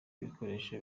ibikoresho